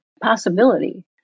possibility